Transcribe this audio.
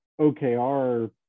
OKR